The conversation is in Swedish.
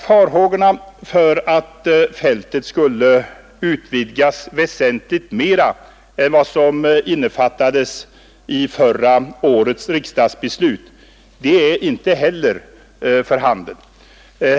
Farhågorna för att fältet skulle utvidgas väsentligt mera än vad som innefattades i förra årets riksdagsbeslut är inte heller befogade.